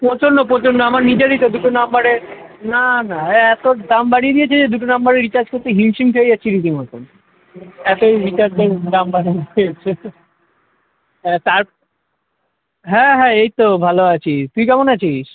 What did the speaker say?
প্রচণ্ড প্রচণ্ড আমার নিজেরই তো দুটো নম্বরে না না এত দাম বাড়িয়ে দিয়েছে যে দুটো নম্বরে রিচার্জ করতে হিম সিম খেয়ে যাচ্ছি রীতিমতন এতই রিচার্জের দাম বাড়িয়ে দিচ্ছে হ্যাঁ তার হ্যাঁ হ্যাঁ এই তো ভালো আছি তুই কেমন আছিস